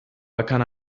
bakan